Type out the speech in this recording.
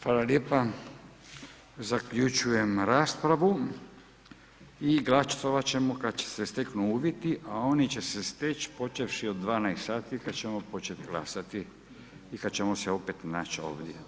Hvala lijepa, zaključujem raspravu i glasovat ćemo kad se steknu uvjeti, a oni će se steći počevši od 12 sati kad ćemo početi glasati i kad ćemo se opet naći ovdje.